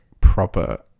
proper